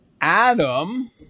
Adam